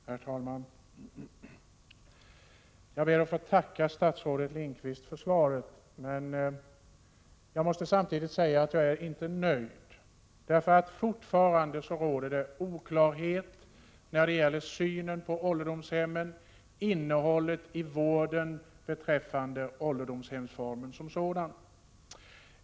Herr talman! Jag ber att få tacka statsrådet Lindqvist för svaret, men jag måste samtidigt säga att jag inte är nöjd. Fortfarande råder det oklarhet i fråga om synen på ålderdomshemmen och innehållet i vården beträffande ålderdomshemsformen som sådan.